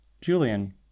Julian